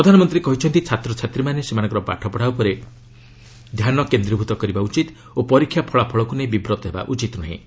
ପ୍ରଧାନମନ୍ତ୍ରୀ କହିଛନ୍ତି ଛାତ୍ଛାତୀମାନେ ସେମାନଙ୍କର ପାଠ ପଢ଼ା ଉପରେ ଧ୍ୟାନ କେନ୍ଦ୍ରୀଭୂତ କରିବା ଉଚିତ୍ ଓ ପରୀକ୍ଷା ଫଳାଫଳକୁ ନେଇ ବିବ୍ରତ ହେବା ଉଚିତ୍ ନୁହେଁ